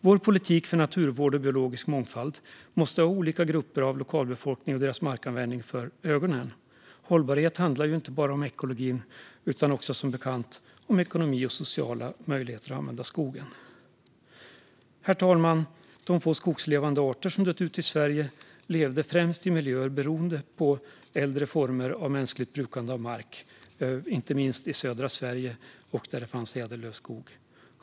Vår politik för naturvård och biologisk mångfald måste ha olika grupper av lokalbefolkningen och deras markanvändning för ögonen. Hållbarhet handlar inte bara om ekologi utan som bekant också om ekonomi och sociala möjligheter att använda skogen. Herr talman! De få skogslevande arter som dött ut i Sverige levde främst i miljöer beroende av äldre former av mänskligt brukande av mark, inte minst i södra Sverige och där det fanns ädellövskog.